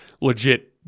legit